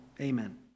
Amen